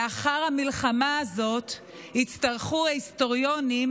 לאחר המלחמה הזאת יצטרכו ההיסטוריונים